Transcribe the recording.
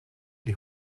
die